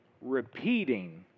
repeating